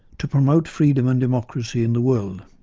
to promote freedom and democracy in the world.